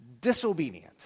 disobedient